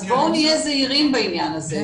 אז בואו נהיה זהירים בעניין הזה.